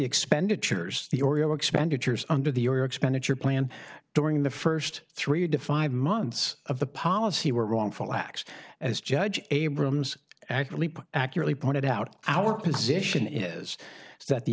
expenditures the oriole expenditures under the or expenditure plan during the first three to five months of the policy were wrongful acts as judge abrams actually accurately pointed out our position is that the